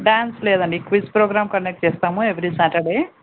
dance లేదండి quiz programme conduct చేస్తాము every Saturday